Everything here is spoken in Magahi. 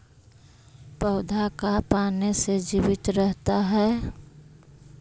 पौधा का पाने से जीवित रहता है?